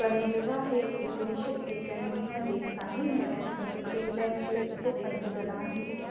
Kanerva हे एकोणीसशे एक्याण्णवमध्ये काही महिन्यांसाठी फिनलँडचे उपपंतप्रधान होते